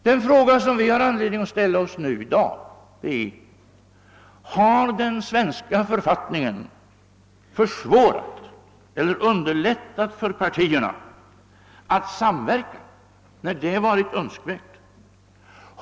Den fråga som vi har anledning att ställa oss i dag är: Har den svenska författningen försvårat eller underlättat för partierna att samverka när det varit önskvärt?